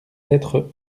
êtres